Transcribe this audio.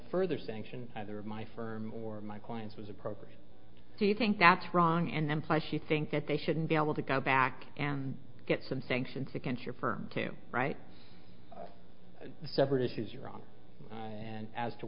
further sanction either my firm or my clients was appropriate do you think that's wrong and then plus you think that they shouldn't be able to go back and get some sanctions against your firm to write a separate issues you're wrong and as to